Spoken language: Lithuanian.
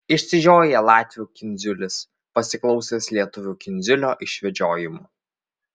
išsižioja latvių kindziulis pasiklausęs lietuvių kindziulio išvedžiojimų